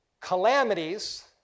calamities